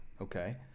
okay